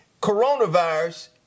coronavirus